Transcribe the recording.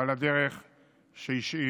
ועל הדרך שהשאיר.